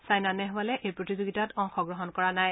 China নেহৱালে এই প্ৰতিযোগিতাত অংশগ্ৰহণ কৰা নাই